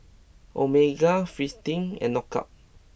Omega Fristine and Knockout